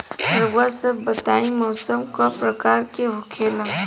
रउआ सभ बताई मौसम क प्रकार के होखेला?